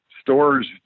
stores